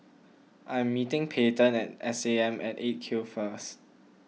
I am meeting Payten at S A M at eight Q first